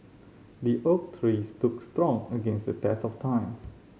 the oak tree stood strong against the test of time